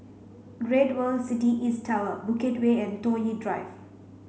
Great World City East Tower Bukit Way and Toh Yi Drive